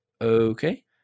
okay